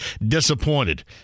disappointed